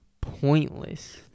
pointless